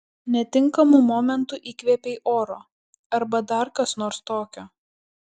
netinkamu momentu įkvėpei oro arba dar kas nors tokio